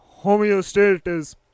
homeostasis